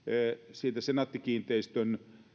senaatti kiinteistöjen